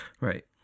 Right